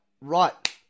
right